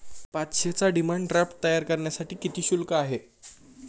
पाचशेचा demand draft तयार करण्यासाठी किती शुल्क आहे?